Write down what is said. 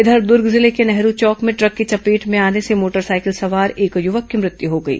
इधर दूर्ग जिले के नेहरू चौक में ट्रक की चपेट में आने से मोटरसाइकिल सवार एक युवक की मृत्यु हो गई